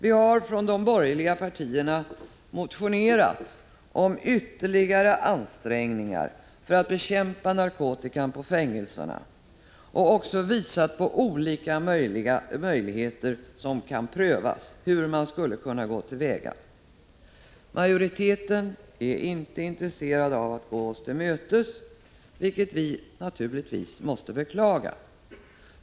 Vi har från de borgerliga partierna motionerat om att det skall göras ytterligare ansträngningar för att bekämpa narkotikan på fängelserna och även visat på olika möjligheter, som kan prövas, när det gäller hur man skulle kunna gå till väga. Majoriteten är inte intresserad av att gå oss till mötes, vilket vi naturligtvis måste beklaga.